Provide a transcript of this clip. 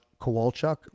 kowalchuk